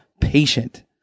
patient